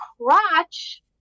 crotch